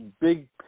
big